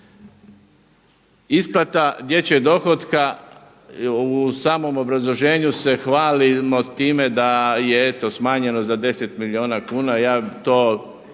Isplata dječjeg dohotka u samom obrazloženju se hvalimo s time da je eto smanjeno za 10 milijuna kuna,